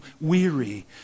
weary